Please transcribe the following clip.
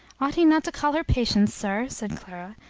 ought he not to call her patience, sir? said clara,